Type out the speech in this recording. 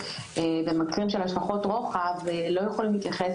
במקרים של השלכות רוחב לא יכולים להתייחס